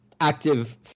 active